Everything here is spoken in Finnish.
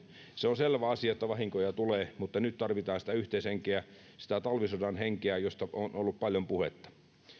se on selvä asia että vahinkoja tulee mutta nyt tarvitaan sitä yhteishenkeä sitä talvisodan henkeä josta on ollut paljon puhetta